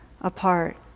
apart